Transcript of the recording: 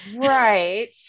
Right